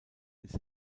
ins